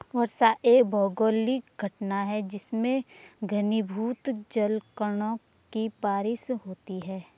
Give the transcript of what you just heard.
वर्षा एक भौगोलिक घटना है जिसमें घनीभूत जलकणों की बारिश होती है